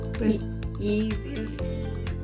easy